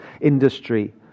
industry